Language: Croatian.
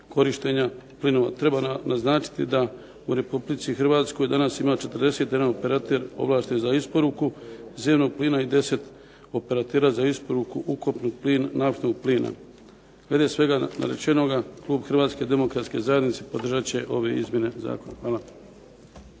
korištenja plinova. Treba naznačiti da u Republici Hrvatskoj danas ima 41 operater ovlašten za isporuku zemnog plina i 10 operatera za isporuku ukopnog naftnog plina. Prije svega narečenoga klub Hrvatske demokratske zajednice podržat će ove izmjene zakona. Hvala.